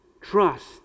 trust